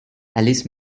alice